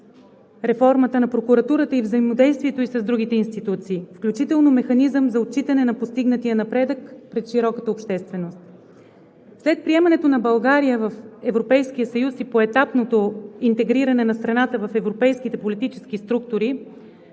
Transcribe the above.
реформата на Прокуратурата и взаимодействието ѝ с другите институции, включително Механизмът за отчитане на постигнатия напредък пред широката общественост. След приемането на България в Европейския съюз и поетапното интегриране на страната в европейските политически структури